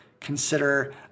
consider